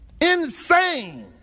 Insane